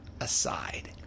aside